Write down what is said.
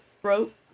throat